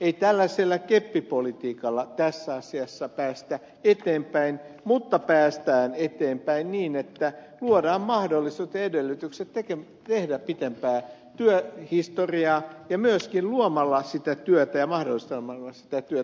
ei tällaisella keppipolitiikalla tässä asiassa päästä eteenpäin mutta päästään eteenpäin niin että luodaan mahdollisuudet ja edellytykset tehdä pitempää työhistoriaa ja myöskin luomalla sitä työtä ja mahdollistamalla sitä työtä